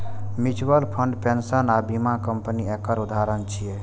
mutual fund, pension आ बीमा company एकर उदाहरण छियै